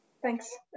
Thanks